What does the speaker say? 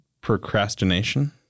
Procrastination